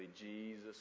Jesus